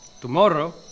Tomorrow